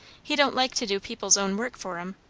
he don't like to do people's own work for em.